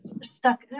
stuck